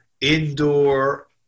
indoor